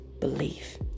belief